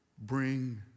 bring